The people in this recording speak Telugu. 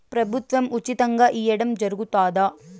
ప్రభుత్వం ఉచితంగా ఇయ్యడం జరుగుతాదా?